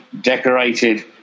decorated